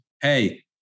hey